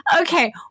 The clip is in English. Okay